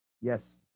Yes